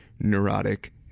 neurotic